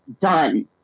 done